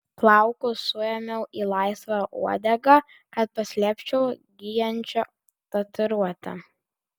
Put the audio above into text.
plaukus suėmiau į laisvą uodegą kad paslėpčiau gyjančią tatuiruotę